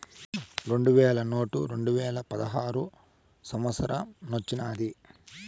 ఈ రెండు వేల నోటు రెండువేల పదహారో సంవత్సరానొచ్చినాది